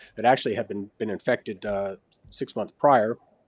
that actually had been been infected six months prior.